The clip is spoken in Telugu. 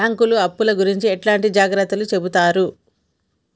బ్యాంకులు అప్పుల గురించి ఎట్లాంటి జాగ్రత్తలు చెబుతరు?